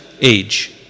age